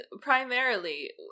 primarily